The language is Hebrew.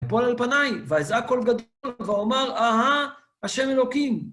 ואפול על פניי, ואזעק קול גדול, ואומר, אההה, השם אלוקים.